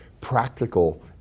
practical